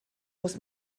muss